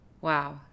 wow